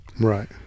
right